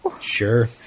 Sure